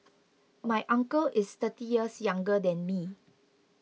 my uncle is thirty years younger than me